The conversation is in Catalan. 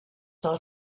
del